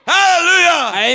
Hallelujah